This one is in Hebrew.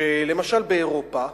שלמשל באירופה,